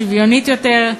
שוויונית יותר,